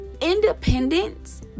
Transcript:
independence